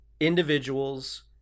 individuals